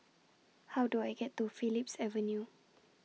How Do I get to Phillips Avenue